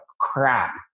crap